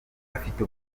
afite